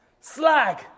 Slag